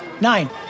Nine